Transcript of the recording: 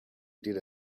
did